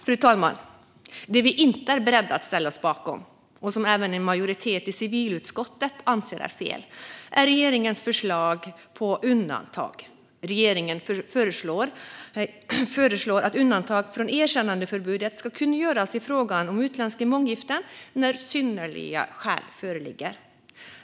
Fru talman! Det vi inte är beredda att ställa oss bakom och som även en majoritet i civilutskottet anser är fel är regeringens förslag till undantag. Regeringen föreslår att undantag från erkännandeförbudet i fråga om utländska månggiften ska kunna göras när synnerliga skäl föreligger.